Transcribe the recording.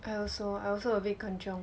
I also I also a bit ganchiong